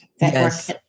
Yes